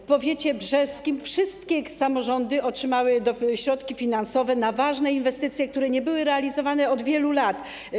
W powiecie brzeskim wszystkie samorządy otrzymały środki finansowe na ważne inwestycje, które nie były realizowane od wielu lat.